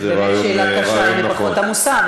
זו באמת שאלה קשה אם היא פחות עמוסה.